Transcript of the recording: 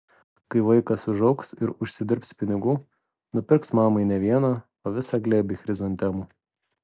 kai vaikas užaugs ir užsidirbs pinigų nupirks mamai ne vieną o visą glėbį chrizantemų